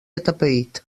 atapeït